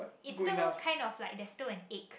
is still kind of like there's still an ache